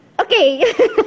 Okay